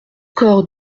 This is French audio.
corps